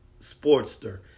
sportster